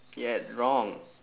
yet wrong